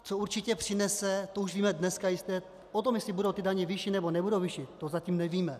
Co určitě přinese, to už víme dneska jistě, o tom, jestli budou ty daně vyšší, nebo nebudou vyšší, to zatím nevíme.